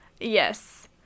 Yes